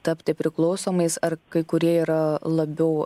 tapti priklausomais ar kai kurie yra labiau